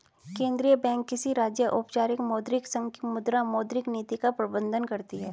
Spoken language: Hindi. केंद्रीय बैंक किसी राज्य, औपचारिक मौद्रिक संघ की मुद्रा, मौद्रिक नीति का प्रबन्धन करती है